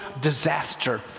disaster